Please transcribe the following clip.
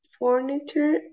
furniture